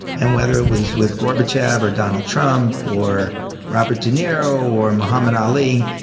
and whether it was with gorbachev or donald trump, or robert de niro or mohammed ali,